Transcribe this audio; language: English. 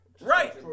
Right